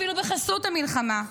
אפילו בחסות המלחמה,